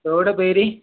ബ്രോടെ പേര്